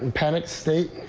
and panicked state,